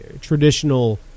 traditional